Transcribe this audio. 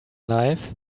life